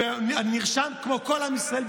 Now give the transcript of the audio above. ואני נרשם כמו כל עם ישראל,